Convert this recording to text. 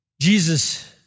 Jesus